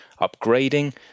upgrading